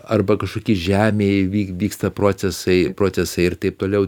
arba kažkoki žemėj vyk vyksta procesai procesai ir taip toliau